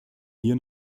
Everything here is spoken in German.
hier